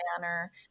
manner